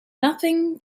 nothing